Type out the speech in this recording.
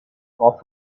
off